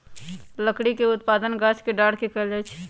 लकड़ी के उत्पादन गाछ के डार के कएल जाइ छइ